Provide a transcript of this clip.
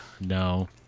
no